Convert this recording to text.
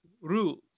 rules